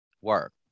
work